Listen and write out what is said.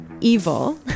evil